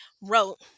wrote